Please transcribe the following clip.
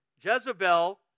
Jezebel